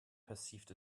perceived